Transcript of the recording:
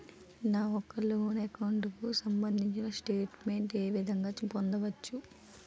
నా యెక్క loan account కు సంబందించిన స్టేట్ మెంట్ ఏ విధంగా పొందవచ్చు?